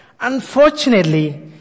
Unfortunately